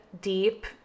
deep